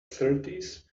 thirties